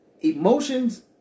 emotions